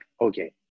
okay